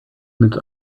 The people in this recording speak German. mit